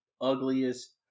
ugliest